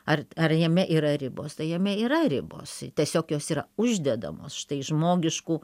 ar ar jame yra ribos tai jame yra ribos tiesiog jos yra uždedamos štai žmogišku